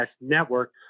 Network